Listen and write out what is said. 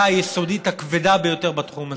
היסודית הכבדה ביותר בתחום הסיעודי.